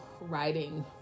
writing